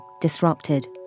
disrupted